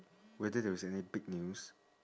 whether there was any big news